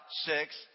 six